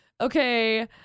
Okay